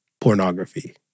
pornography